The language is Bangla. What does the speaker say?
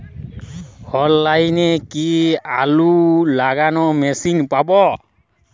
অনলাইনে কি আলু লাগানো মেশিন পাব?